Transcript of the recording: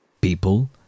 People